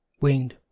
winged